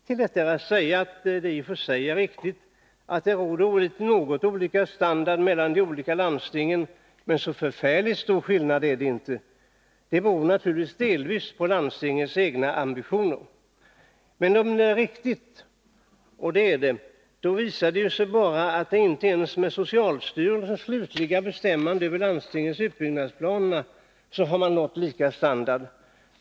Till detta är att säga att det i och för sig är riktigt att det råder något olika standard mellan de olika landstingen, men så förfärligt stor skillnad är det inte. Det beror naturligtvis delvis på landstingens egna ambitioner. Men om Nr 41 detta är riktigt — och det är det — då visar det bara att inte ens med Onsdagen den socialstyrelsens slutliga bestämmande över landstingens utbyggnadsplaner 2 december 1981 har man nått lika standard.